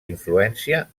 influència